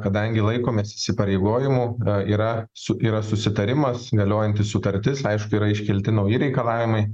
kadangi laikomės įsipareigojimų yra su yra susitarimas galiojanti sutartis aišku yra iškelti nauji reikalavimai